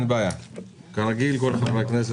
בוקר טוב לכולם.